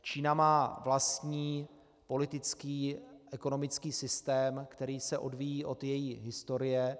Čína má vlastní politický ekonomický systém, který se odvíjí od její historie.